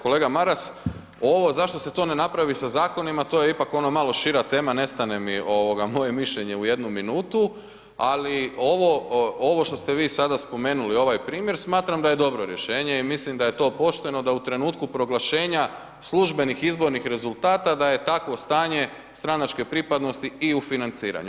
Kolega Maras, ovo zašto se to ne napravi sa zakonima, to je ipak ono malo šira tema, ne stane mi moje mišljenje u jednu minutu, ali ovo što ste vi sada spomenuli, ovaj primjer, smatram da je dobro rješenje i mislim da je to pošteno da u trenutku proglašenja službenih izbornih rezultata da je takvo stanje stranačke pripadnosti i u financiranju.